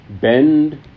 Bend